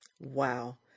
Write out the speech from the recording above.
Wow